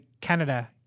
Canada